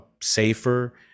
safer